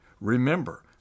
remember